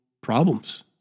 problems